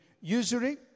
usury